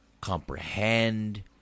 comprehend